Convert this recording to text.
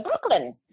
Brooklyn